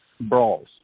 brawls